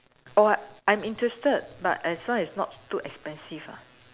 oh I'm interested but as long as not too expensive ah